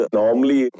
normally